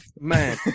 Man